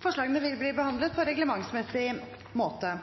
Forslagene vil bli behandlet på reglementsmessig måte.